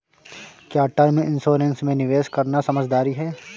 क्या term insurance में निवेश करना समझदारी है?